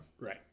Right